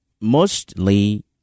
mostly